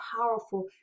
powerful